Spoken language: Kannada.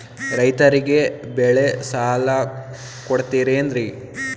ರೈತರಿಗೆ ಬೆಳೆ ಸಾಲ ಕೊಡ್ತಿರೇನ್ರಿ?